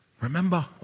remember